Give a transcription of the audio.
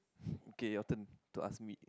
okay your turn to ask me